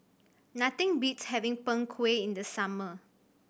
nothing beats having Png Kueh in the summer